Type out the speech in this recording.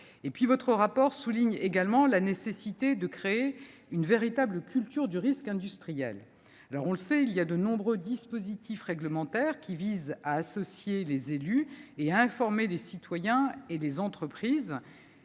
votre rapport, la nécessité de créer une véritable culture du risque industriel. On le sait, de nombreux dispositifs réglementaires visent à associer les élus et à informer les citoyens et les entreprises